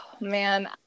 Man